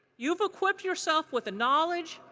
you have equipped yourself with the knowledge,